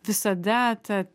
visada ta